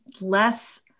less